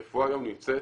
הרפואה גם נמצאת